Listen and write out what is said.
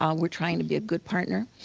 um we're trying to be a good partner,